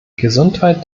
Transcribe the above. gesundheit